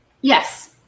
Yes